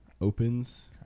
opens